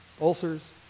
ulcers